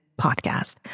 podcast